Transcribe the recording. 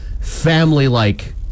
family-like